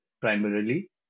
primarily